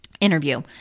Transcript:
interview